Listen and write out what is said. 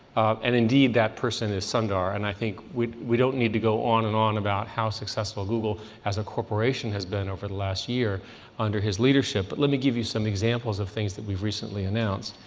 and, indeed, that person is sundar. and i think we don't need to go on and on about how successful google as a corporation has been over the last year under his leadership. but let me give you some examples of things that we've recently announced.